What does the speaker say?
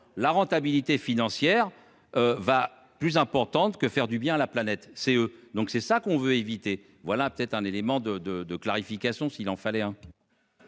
la rentabilité financière. Va plus importante que faire du bien à la planète CE donc c'est ça qu'on veut éviter, voilà peut-être un élément de de de clarification s'il en fallait un.